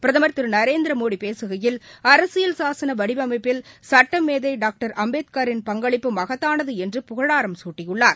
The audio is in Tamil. பிரதமர் திருநரேந்திரமோடிபேசுகையில் அரசியல் சாசனவடிவமைப்பில் சட்டமேதைடாக்டர் அம்பேத்கரின் பங்களிப்புமகத்தானதுஎன்றுபுகழாரம் சூட்டியுள்ளார்